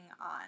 on